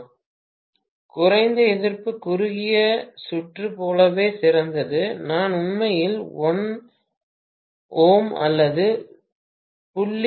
பேராசிரியர் குறைந்த எதிர்ப்பு குறுகிய சுற்று போலவே சிறந்தது நான் உண்மையில் 1 Ω அல்லது 0